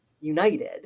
united